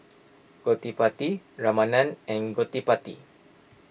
Gottipati Ramanand and Gottipati